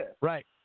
Right